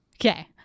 Okay